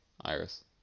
Iris